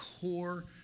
core